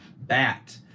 bat